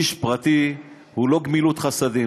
איש פרטי הוא לא גמילות חסדים,